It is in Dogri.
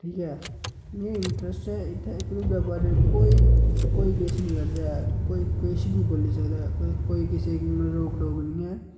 ठीक ऐ मी इंटरैस्ट ऐ इत्थै कोई कोई किश निं करदा ऐ कोई किश बी बोल्ली सकदा ऐ कोई किसै ई मतलब रोक टोक निं ऐ